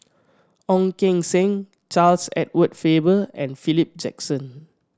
Ong Keng Sen Charles Edward Faber and Philip Jackson